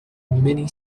mini